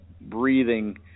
breathing